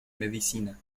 medicina